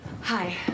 Hi